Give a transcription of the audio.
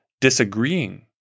disagreeing